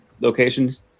locations